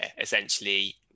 essentially